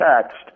text